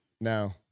No